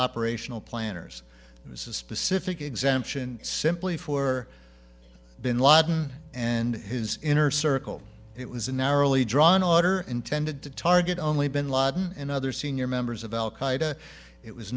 operational planners it was a specific exemption simply for bin laden and his inner circle it was a narrowly drawn order intended to target only bin laden and other senior members of al